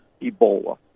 Ebola